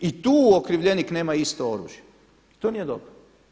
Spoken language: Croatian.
I tu okrivljenik nema isto oružje i to nije dobro.